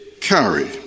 carry